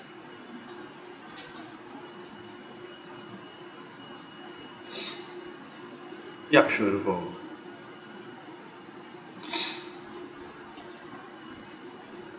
yup sure no problem